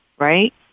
right